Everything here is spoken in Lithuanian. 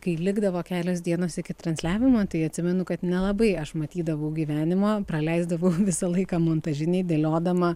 kai likdavo kelios dienos iki transliavimo tai atsimenu kad nelabai aš matydavau gyvenimą praleisdavau visą laiką montažinėj dėliodama